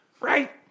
right